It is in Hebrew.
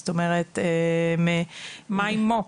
זאת אומרת --- מה עם מו"פ?